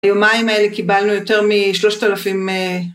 ביומיים האלה קיבלנו יותר משלושת אלפים...